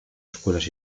escuelas